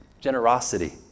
generosity